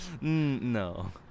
No